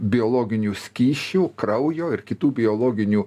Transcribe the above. biologinių skysčių kraujo ir kitų biologinių